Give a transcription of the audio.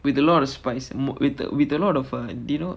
with a lot of spice more with with a lot of uh do you know